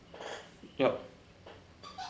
yup